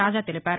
రాజా తెలిపారు